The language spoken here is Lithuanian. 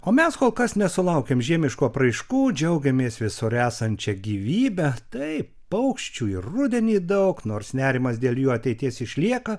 o mes kol kas nesulaukiam žiemiškų apraiškų džiaugiamės visur esančia gyvybe taip paukščių ir rudenį daug nors nerimas dėl jų ateities išlieka